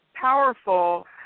powerful